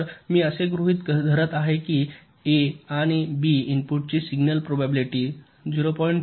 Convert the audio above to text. तर मी असे गृहीत धरत आहे की A आणि B इनपुटची सिग्नल प्रोबॅबिलीटी 0